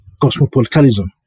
cosmopolitanism